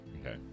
Okay